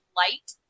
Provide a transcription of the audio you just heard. light